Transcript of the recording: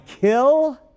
kill